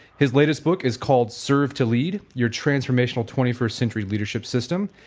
his latest book is called serve to lead your transformational twenty first century leadership system'.